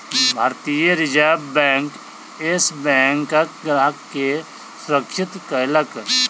भारतीय reserve bank, Yes बैंकक ग्राहक के सुरक्षित कयलक